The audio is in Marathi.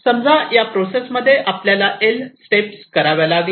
समजा या प्रोसेस मध्ये आपल्याला 'L' स्टेप कराव्या लागल्या